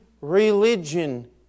religion